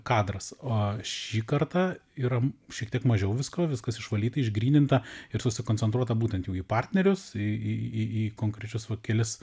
kadras o šį kartą yra šiek tiek mažiau visko viskas išvalyta išgryninta ir susikoncentruota būtent jau į partnerius į į į į konkrečius va kelis